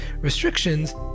restrictions